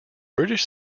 british